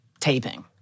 taping